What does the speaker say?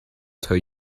tell